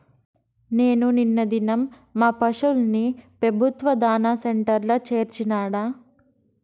నేను నిన్న దినం మా పశుల్ని పెబుత్వ దాణా సెంటర్ల చేర్చినాడ